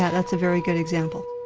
that's a very good example.